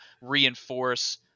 reinforce